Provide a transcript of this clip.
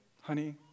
honey